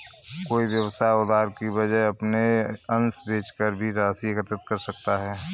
कोई व्यवसाय उधार की वजह अपने अंश बेचकर भी राशि एकत्रित कर सकता है